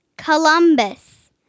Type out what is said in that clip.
Columbus